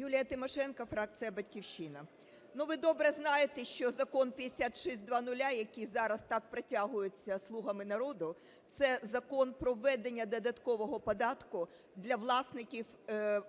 Юлія Тимошенко, фракція "Батьківщина". Ну ви добре знаєте, що Закон 5600, який зараз так протягується "Слуга народу" – це Закон про введення додаткового податку для власників